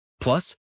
Plus